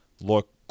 look